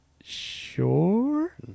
sure